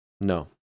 no